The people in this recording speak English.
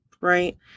right